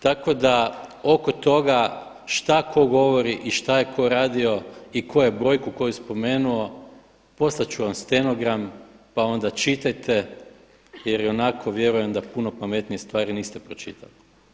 Tako da oko toga šta ko govori i šta je ko radio i ko je brojku ko spomenuo, poslat ću vam stenogram pa onda čitajte jer i onako vjerujem da puno pametnije stvari niste pročitali.